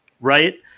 right